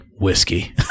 Whiskey